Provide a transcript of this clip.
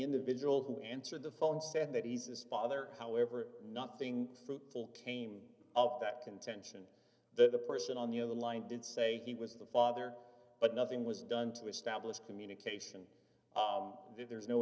individual who answered the phone d said that eases father however nothing fruitful came up that content that the person on the other line did say he was the father but nothing was done to establish communication if there's no